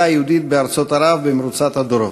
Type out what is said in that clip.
היהודית בארצות ערב במרוצת הדורות: